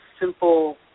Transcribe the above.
simple